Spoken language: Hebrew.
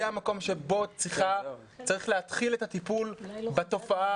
זה המקום שבו צריך להתחיל את הטיפול בתופעה